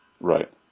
right